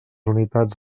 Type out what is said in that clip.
unitats